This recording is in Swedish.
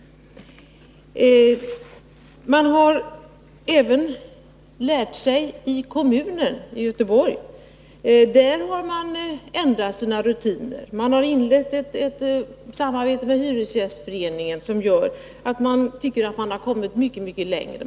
Man har även lärt sig av erfarenheterna i Göteborgs kommun där man ändrat sina rutiner och inlett ett samarbete med Hyresgästföreningen som gör att man tycker att man har kommit mycket längre.